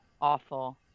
Awful